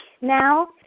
now